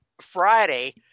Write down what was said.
Friday